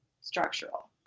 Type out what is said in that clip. structural